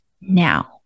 now